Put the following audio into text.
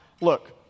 Look